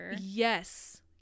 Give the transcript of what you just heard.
yes